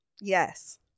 Yes